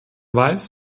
weiß